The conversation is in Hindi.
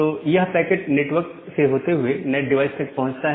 तो यह पैकेट नेटवर्क से होते हुए नैट डिवाइस तक पहुंचता है